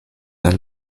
are